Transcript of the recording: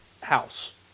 house